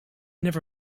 never